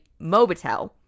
Mobitel